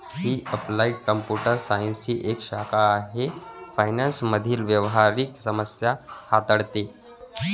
ही applied computer सायन्सची एक शाखा आहे फायनान्स मधील व्यावहारिक समस्या हाताळते